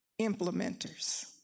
implementers